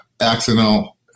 accidental